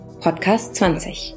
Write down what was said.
Podcast20